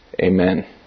Amen